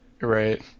Right